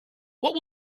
what